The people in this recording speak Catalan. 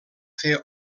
fer